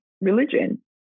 religion